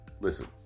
listen